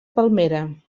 palmera